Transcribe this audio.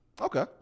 Okay